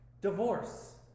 divorce